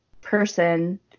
person